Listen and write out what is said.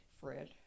Fred